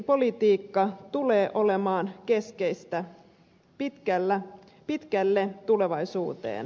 ilmastopolitiikka tulee olemaan keskeistä pitkälle tulevaisuuteen